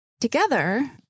Together